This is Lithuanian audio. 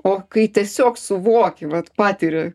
o kai tiesiog suvoki vat patiri